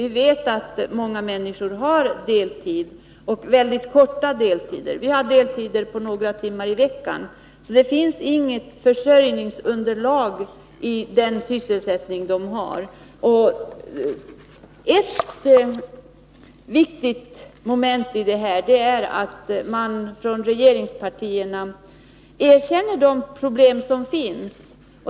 Vi vet att många människor har deltid och väldigt korta deltider. De har deltider på några timmar i veckan. Det finns alltså inget försörjningsunderlag i den sysselsättning de har. Ett viktigt moment i detta är att man från regeringspartierna erkänner de problem som finns.